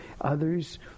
others